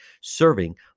Serving